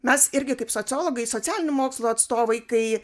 mes irgi kaip sociologai socialinių mokslų atstovai kai